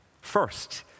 First